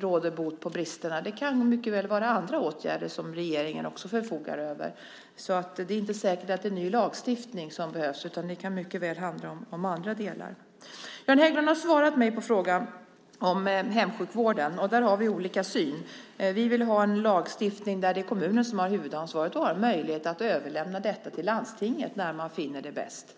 råder bot på bristerna. Det kan mycket väl vara fråga om andra åtgärder som regeringen också förfogar över. Det är alltså inte säkert att det är en ny lagstiftning som behövs, utan det kan mycket väl handla om andra delar. Göran Hägglund har svarat på min fråga om hemsjukvården. Där har vi olika syn. Vi vill ha en lagstiftning som är sådan att det är kommunen som har huvudansvaret men att kommunen har möjlighet att överlämna detta till landstinget när man finner det vara bäst.